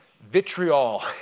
vitriol